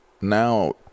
Now